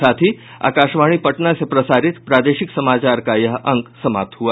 इसके साथ ही आकाशवाणी पटना से प्रसारित प्रादेशिक समाचार का ये अंक समाप्त हुआ